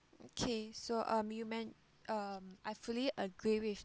okay so um you meant um I fully agree with